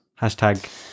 Hashtag